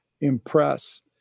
impress